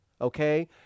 Okay